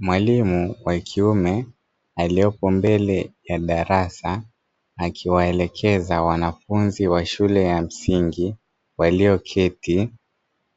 Mwalimu wa kiume aliyopo mbele ya darasa, akiwaelekeza wanafunzi wa shule ya msingi walioketi